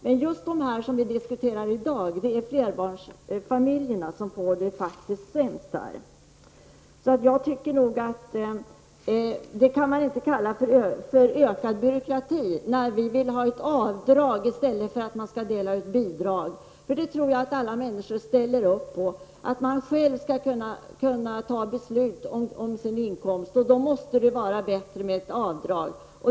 Men just de som vi diskuterar i dag, dvs. flerbarnsfamiljerna, får det sämst. Det kan inte kallas för ökad byråkrati när vi moderater vill införa ett avdrag i stället för att dela ut bidrag. Jag tror att alla människor själva vill kunna besluta om sina inkomster, och då måste det vara bättre med avdrag.